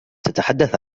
تتحدث